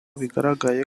bigaragariye